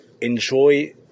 Enjoy